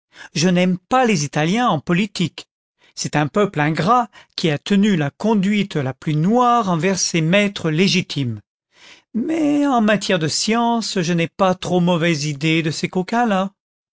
je n'aime pas les italiens en politique c'est un peuple ingrat qui a tenu la conduite la plus noire envers ses maîtres légitimes mais en matière de science je n'ai pas trop mauvaise idée de ces